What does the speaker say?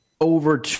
over